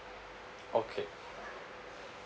okay